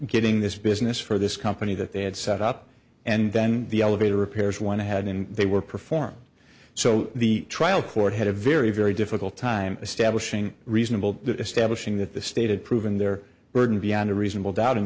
getting this business for this company that they had set up and then the elevator repairs went ahead and they were performed so the trial court had a very very difficult time establishing reasonable establishing that the stated proving their burden beyond a reasonable doubt in